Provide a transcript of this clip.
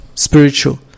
spiritual